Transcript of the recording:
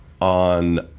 on